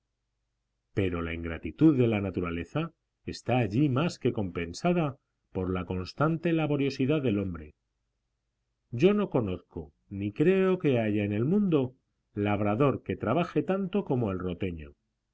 pero la ingratitud de la naturaleza está allí más que compensada por la constante laboriosidad del hombre yo no conozco ni creo que haya en el mundo labrador que trabaje tanto como el roteño